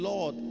Lord